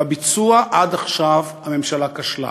בביצוע עד עכשיו הממשלה כשלה.